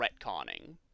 retconning